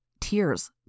Tears